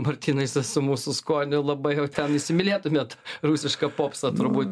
martynai su su mūsų skoniu labai jau ten įsimylėtumėt rusišką popsą turbūt